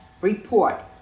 report